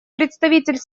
представитель